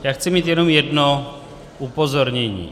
Já chci mít jenom jedno upozornění.